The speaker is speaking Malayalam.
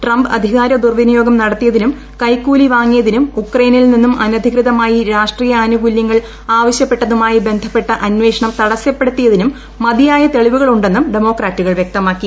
ട്രംപ് അധികാരദുർവിനിയോഗം നടത്തിയതിനും കൈക്കൂലിവാങ്ങിയതിനും ഉക്രെയ്നിൽ അനധികൃതമായി നിന്നും രാഷ്ട്രീയ ആനുകൂല്യങ്ങൾആവശ്യപ്പെട്ടതുമായി ബന്ധപ്പെട്ട അന്വേഷണംതടസ്സപ്പെടുത്തിയതിനുംമതിയായതെളിവുകളുണ്ടെന്നുംഡെയ മാക്രാറ്റുകൾവ്യക്തമാക്കി